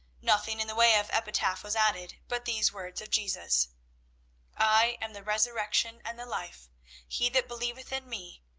nothing in the way of epitaph was added but these words of jesus i am the resurrection and the life he that believeth in me,